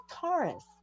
Taurus